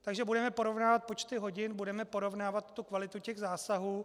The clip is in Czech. Takže budeme porovnávat počty hodin, budeme porovnávat kvalitu zásahů.